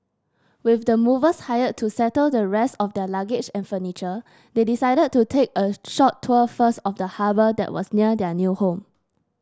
with the movers hired to settle the rest of their luggage and furniture they decided to take a short tour first of the harbour that was near their new home